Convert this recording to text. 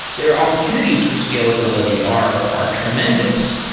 their opportunities for scalability are are tremendous.